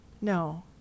No